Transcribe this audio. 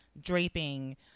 draping